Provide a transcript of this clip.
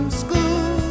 school